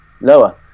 Lower